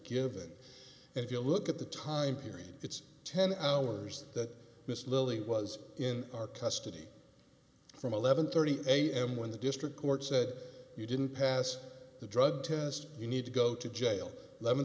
given and if you look at the time period it's ten hours that miss lilly was in our custody from eleven thirty am when the district court said you didn't pass the drug test you need to go to jail lemon